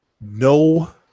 no